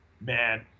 man